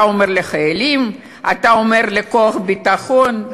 אתה אומר לחיילים, אתה אומר לכוחות הביטחון.